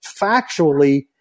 factually